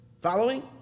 Following